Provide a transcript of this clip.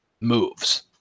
moves